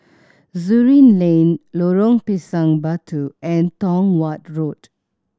Surin Lane Lorong Pisang Batu and Tong Watt Road